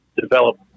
develop